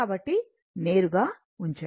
కాబట్టి నేరుగా ఉంచండి